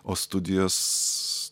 o studijos